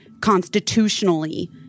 constitutionally